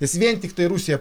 nes vien tiktai rusija